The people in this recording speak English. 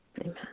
Amen